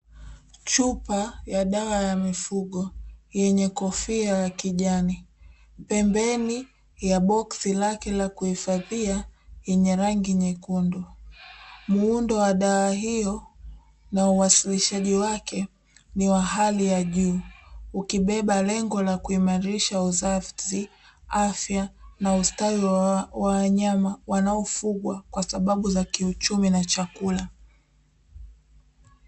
Chupa ya dawa ya mifugo yenye kofia ya kijani pembeni ya boksi lake la kuhifadhia yenye rangi nyekundu, muundo wa dawa hiyo na uasilishaji wake ni wa hali ya juu ukibeba lengo la kuimarisha uzazi, afya na ustawi wa wanyama wanaofugwa kwa sababu za kiuchumi na chakula.